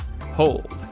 hold